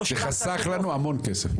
חסך לנו המון כסף.